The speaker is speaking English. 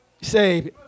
say